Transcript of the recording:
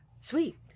Sweet